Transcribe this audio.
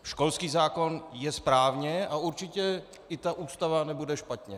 Školský zákon je správně a určitě i ta Ústava nebude špatně.